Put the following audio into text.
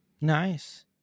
Nice